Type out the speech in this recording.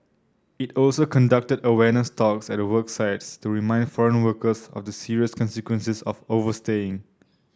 it also conducted awareness talks at work sites to remind foreign workers of the serious consequences of overstaying